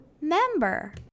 member